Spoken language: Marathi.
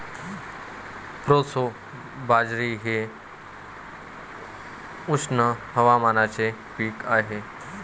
प्रोसो बाजरी हे उष्ण हवामानाचे पीक आहे